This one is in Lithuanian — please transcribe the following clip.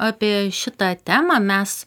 apie šitą temą mes